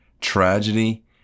tragedy